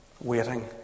waiting